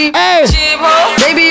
Baby